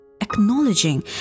acknowledging